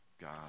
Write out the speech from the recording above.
God